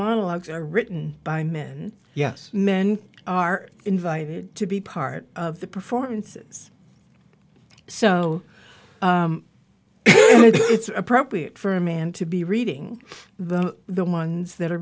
monologues are written by men yes men are invited to be part of the performances so it's appropriate for a man to be reading the the ones that are